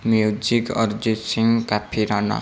music Arijit Singh କାଫି run